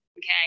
okay